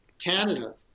Canada